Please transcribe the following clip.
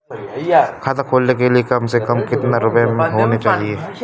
खाता खोलने के लिए कम से कम कितना रूपए होने चाहिए?